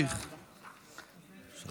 בואו